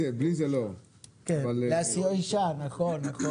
להשיא אישה נכון.